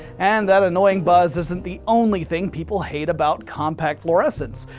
and that annoying buzz isn't the only thing people hate about compact fluorescents.